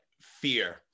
fear